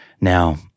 Now